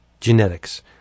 genetics